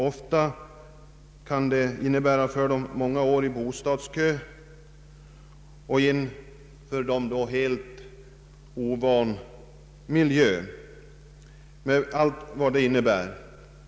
Ofta kan flyttningen innebära många år i bostadskö och en miljö som de är helt ovana vid — med allt vad det innebär.